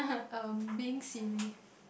um being silly